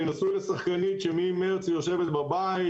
אני נשוי לשחקנית שממרץ יושבת בבית,